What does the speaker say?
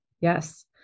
yes